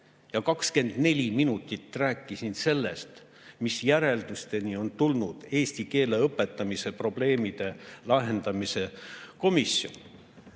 ja 24 minutit rääkisin sellest, mis järeldustele on tulnud eesti keele õpetamise probleemide lahendamise komisjon.